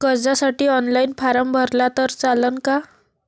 कर्जसाठी online form भरला तर चालन का?